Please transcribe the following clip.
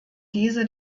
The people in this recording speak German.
diese